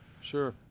sure